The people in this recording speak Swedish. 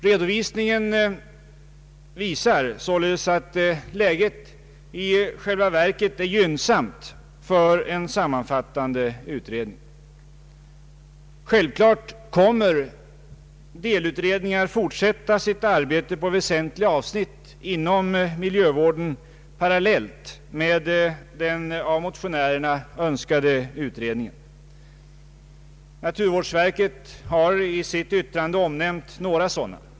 Redovisningen visar således att läget i själva verket är gynnsamt för en sammanfattande utredning. Självfallet kommer delutredningar att fortsätta sitt arbete på väsentliga avsnitt inom miljövården parallellt med den av motionärerna önskade utredningen. Naturvårdsverket har i sitt yttrande omnämnt några sådana.